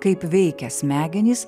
kaip veikia smegenys